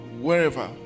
wherever